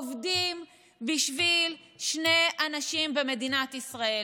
עובדים בשביל שני אנשים במדינת ישראל.